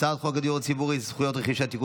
הצעת חוק הדיור הציבורי (זכויות רכישה) (תיקון,